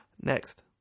Next